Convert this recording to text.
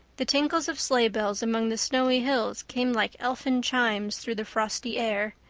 the tinkles of sleigh bells among the snowy hills came like elfin chimes through the frosty air,